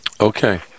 Okay